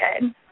good